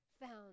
found